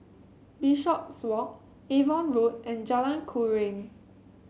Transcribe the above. Bishopswalk Avon Road and Jalan Keruing